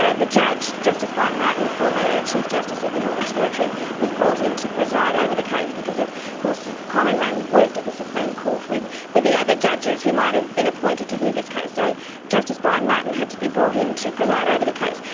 ah the judge, justice brian martin, the former chief justice of the northern territory was brought in to preside over the case, because of course corryn rayney worked at the supreme court with with the other judges who might've been appointed to hear this case, so justice brian martin had to be brought in to preside over the case,